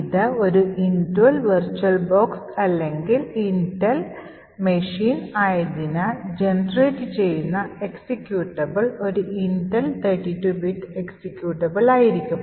ഇത് ഒരു Intel virtual box അല്ലെങ്കിൽ ഇന്റൽ മെഷീൻ ആയതിനാൽ ജനറേറ്റ് ചെയ്യുന്ന എക്സിക്യൂട്ടബിൾ ഒരു ഇന്റൽ 32 ബിറ്റ് എക്സിക്യൂട്ടബിൾ ആയിരിക്കും